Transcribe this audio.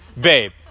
babe